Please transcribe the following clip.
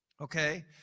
okay